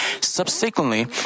Subsequently